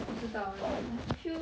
不知道 eh like I feel